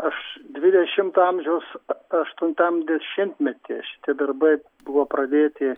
aš dvidešimto amžiaus aštuntam dešimtmety šitie darbai buvo pradėti